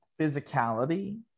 physicality